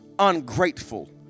ungrateful